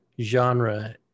genre